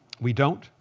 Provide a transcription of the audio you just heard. we don't.